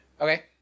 Okay